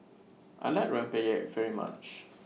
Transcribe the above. I like Rempeyek very much